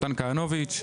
מתן כהנוביץ'.